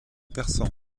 persan